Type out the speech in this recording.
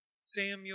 Samuel